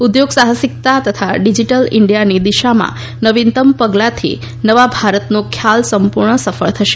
ઉદ્યોગસાહસિકતા તથા ડિજિટલ ઇન્ડિયાની દિશામાં નવીનતમ પગલાંથી નવા ભારતનો ખ્યાલ સંપૂર્ણ સફળ થશે